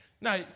Now